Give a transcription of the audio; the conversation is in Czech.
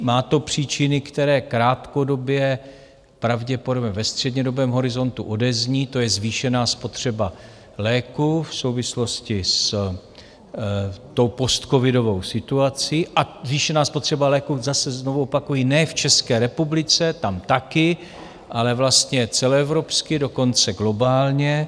Má to příčiny, které krátkodobě pravděpodobně ve střednědobém horizontu odezní, to je zvýšená spotřeba léků v souvislosti s postcovidovou situací, a zvýšená spotřeba léků, zase znovu opakuji, ne v České republice tam taky, ale vlastně celoevropsky, dokonce globálně.